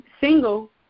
single